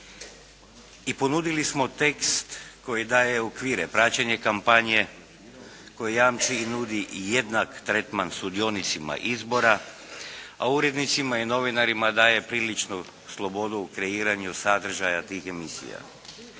i ponudili smo tekst koji daje okvire, praćenje kampanje, koji jamči i nudi jednak tretman sudionicima izbora, a urednicima i novinarima daje priličnu slobodu u kreiranju sadržaja tih emisija